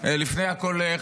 לפני הכול,